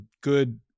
good